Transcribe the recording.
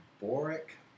Boric